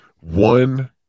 One